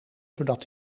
zodat